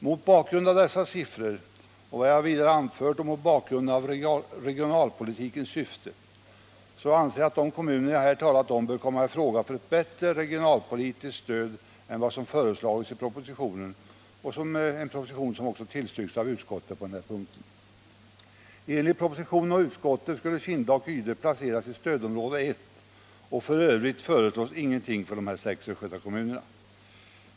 Mot bakgrund av dessa siffror och vad jag vidare anfört liksom med tanke på regionalpolitikens syfte anser jag att de kommuner jag här talat om bör komma i fråga för ett bättre regionalpolitiskt stöd än vad som föreslagits i propositionen och som också tillstyrkts av utskottet. Enligt propositionen och utskottet skulle Kinda och Ydre placeras i stödområde 1; f.ö. föreslås ingenting för de här sex Östgötakommunerna.